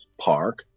park